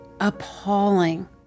appalling